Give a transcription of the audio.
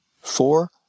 four